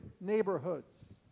neighborhoods